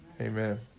Amen